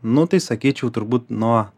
nu tai sakyčiau turbūt nuo